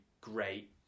great